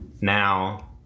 Now